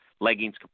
leggings